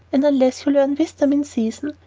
and unless you learn wisdom in season,